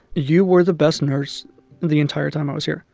you were the best nurse the entire time i was here.